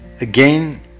again